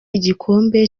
igikombe